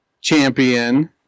champion